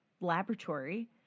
laboratory